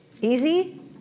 Easy